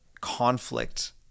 conflict